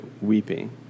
Weeping